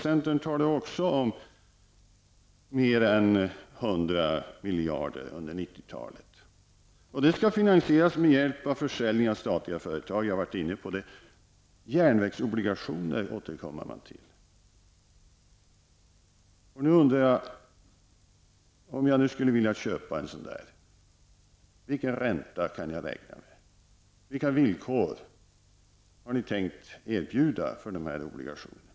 Centern talar också om mer än 100 miljarder under 1990 talet, och det skall finansieras med hjälp av försäljning av statliga företag -- jag har redan varit inne på det. Järnvägsobligationer återkommer man till. Nu undrar jag: Om jag nu skulle vilja köpa en järnvägsobligation, vilken ränta kan jag räkna med? Vilka villkor har ni tänkt erbjuda för de här obligationerna?